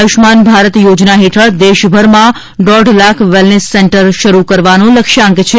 આયુષમાન ભારત યોજના હેઠળ દેશભરમાં દોઢ લાખ વેલનેસ સેન્ટર શરૂ કરવાનો લક્ષ્યાંક છે